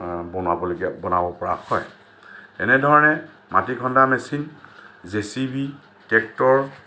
বনাব লগীয়া বনাব পৰা হয় এনেধৰণে মাটি খন্দা machine J C B tractor